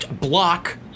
block